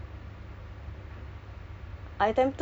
oh with who like